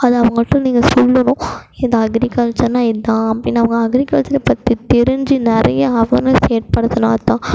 அது அவங்கள்ட்ட நீங்கள் சொல்லணும் இதை அக்ரிகல்ச்சருனா இதான் அப்டின்னு அவங்க அக்ரிகல்ச்சர் பற்றி தெரிஞ்சு நிறையா அவர்னஸ் ஏற்படுத்தினா தான்